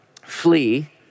Flee